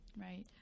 Right